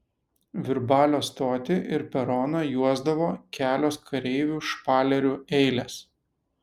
virbalio stotį ir peroną juosdavo kelios kareivių špalerių eilės